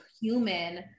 human